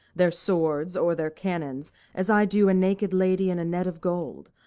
their swords, or their cannons as i do a naked lady in a net of gold,